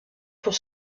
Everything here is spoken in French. pour